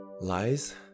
lies